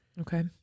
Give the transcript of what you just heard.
Okay